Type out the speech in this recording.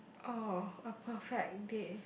oh a perfect date